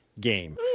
game